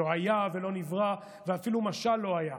לא היה ולא נברא ואפילו משל לא היה.